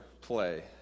play